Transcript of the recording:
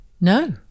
No